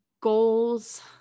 Goals